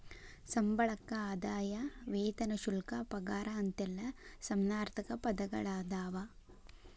ಸಂಬಳಕ್ಕ ಆದಾಯ ವೇತನ ಶುಲ್ಕ ಪಗಾರ ಅಂತೆಲ್ಲಾ ಸಮಾನಾರ್ಥಕ ಪದಗಳದಾವ